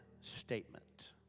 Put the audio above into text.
statement